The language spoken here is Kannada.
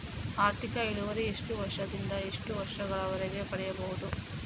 ಆರ್ಥಿಕ ಇಳುವರಿ ಎಷ್ಟು ವರ್ಷ ದಿಂದ ಎಷ್ಟು ವರ್ಷ ಗಳವರೆಗೆ ಪಡೆಯಬಹುದು?